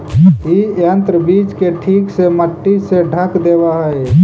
इ यन्त्र बीज के ठीक से मट्टी से ढँक देवऽ हई